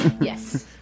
Yes